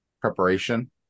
preparation